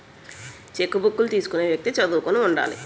చెక్కుబుక్కులు తీసుకునే వ్యక్తి చదువుకుని ఉండాలి